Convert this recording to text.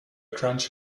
crunch